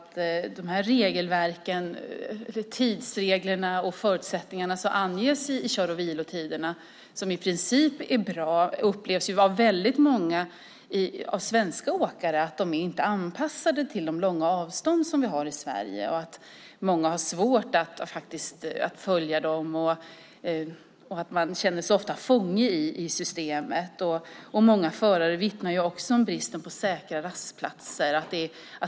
Tidsreglerna och förutsättningarna för kör och vilotiderna är i princip bra, men väldigt många svenska åkare upplever att de inte är anpassade till de långa avstånd som vi har i Sverige. Många har svårt att följa dem. Man känner sig ofta som en fånge i systemet. Många förare vittnar också om bristen på säkra rastplatser.